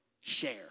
share